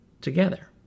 together